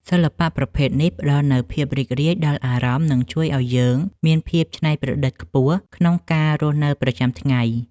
សិល្បៈប្រភេទនេះផ្តល់នូវភាពរីករាយដល់អារម្មណ៍ និង ជួយឱ្យយើងមានភាពច្នៃប្រឌិតខ្ពស់ក្នុងការរស់នៅប្រចាំថ្ងៃ។